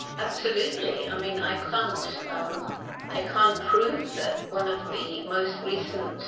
absolutely. i mean i can't i can't prove that one of the most recent